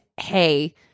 Hey